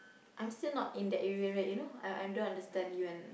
I'm still not in that area right you know I under understand you and